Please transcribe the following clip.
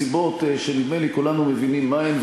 מסיבות שנדמה לי שכולנו מבינים מה הן,